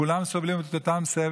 כולם סובלים את אותו סבל,